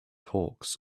hawks